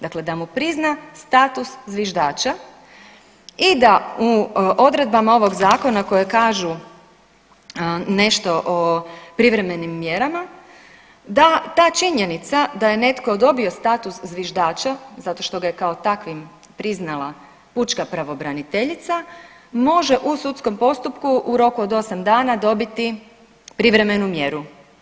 Dakle, da mu prizna status zviždača i da mu odredbama ovog zakona koje kažu nešto o privremenim mjerama, da ta činjenica da je netko dobio status zviždača zato što ga je kao takvim priznala pučka pravobraniteljica može u sudskom postupku u roku od 8 dana dobiti privremenu mjeru.